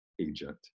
agent